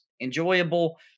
enjoyable